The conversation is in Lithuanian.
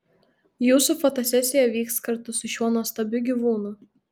jūsų fotosesija vyks kartu su šiuo nuostabiu gyvūnu